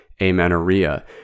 amenorrhea